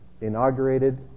inaugurated